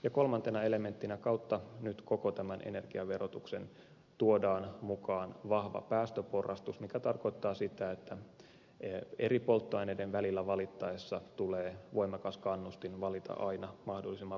ja kolmantena elementtinä kautta nyt koko tämän energiaverotuksen tuodaan mukaan vahva päästöporrastus mikä tarkoittaa sitä että eri polttoaineiden välillä valittaessa tulee voimakas kannustin valita aina mahdollisimman vähäpäästöisiä polttoaineita